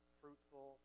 fruitful